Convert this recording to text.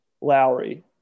Lowry